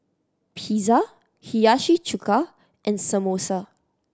Pizza Hiyashi Chuka and Samosa